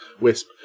wisp